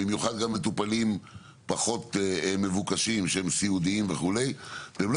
במיוחד מטופלים פחות מבוקשים שהם סיעודיים וכולי והם לא